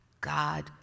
God